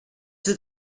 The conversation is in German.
wird